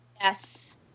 yes